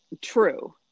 true